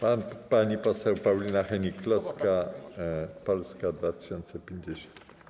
Pani poseł Paulina Hennig-Kloska, Polska 2050.